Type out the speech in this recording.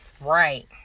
right